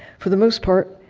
for the most part,